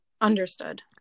Understood